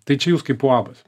tai čia jūs kaip uabas